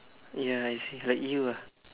ya I see like you ah